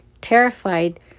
Terrified